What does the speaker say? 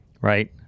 right